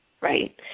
right